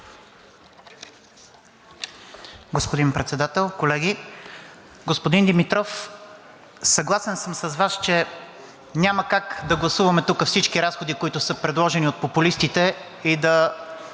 Господин Председател, колеги! Господин Димитров, съгласен съм с Вас, че няма как да гласуваме тук всички разходи, които са предложени от популистите, и да